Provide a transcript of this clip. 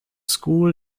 school